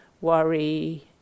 worry